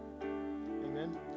Amen